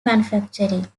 manufacturing